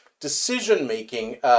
decision-making